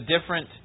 different